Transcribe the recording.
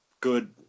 good